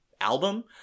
album